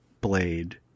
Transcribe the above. Blade